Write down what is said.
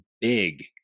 big